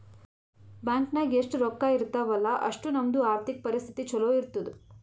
bank ನಾಗ್ ಎಷ್ಟ ರೊಕ್ಕಾ ಇರ್ತಾವ ಅಲ್ಲಾ ಅಷ್ಟು ನಮ್ದು ಆರ್ಥಿಕ್ ಪರಿಸ್ಥಿತಿ ಛಲೋ ಇರ್ತುದ್